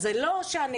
אז זה לא שהנגישות